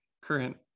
current